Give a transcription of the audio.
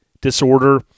Disorder